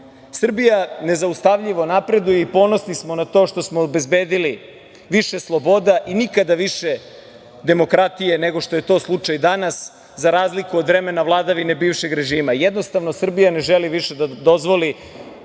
nezaustavljivo napreduje i ponosni smo na to što smo obezbedili više sloboda i nikada više demokratije nego što je to slučaj danas, za razliku od vremena vladavine bivšeg režima. Jednostavno, Srbija ne želi više da dozvoli